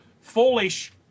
foolish